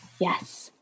Yes